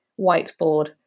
whiteboard